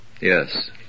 Yes